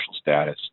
status